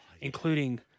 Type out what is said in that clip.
including